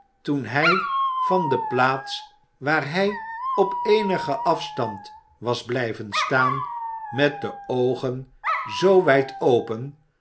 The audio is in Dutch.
toen hij van de plaats waar hij op eenigen afstand was blijven staan met de oogen zoo wijd open